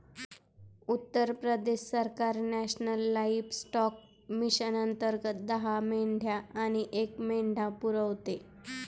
उत्तर प्रदेश सरकार national livestock mission अंतर्गत दहा मेंढ्या आणि एक मेंढा पुरवते